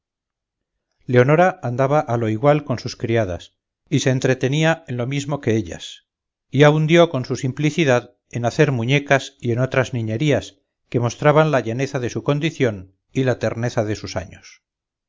leonora andaba a lo igual con sus criadas y se entretenía en lo mismo que ellas y aun dio con su simplicidad en hacer muñecas y en otras niñerías que mostraban la llaneza de su condición y la terneza de sus años